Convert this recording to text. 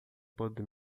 pode